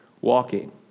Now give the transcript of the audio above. walking